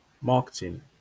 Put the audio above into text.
marketing